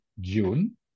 June